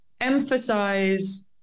emphasize